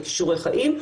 כישורי חיים,